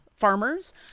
Farmers